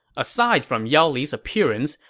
aside from yao li's appearance,